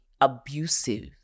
abusive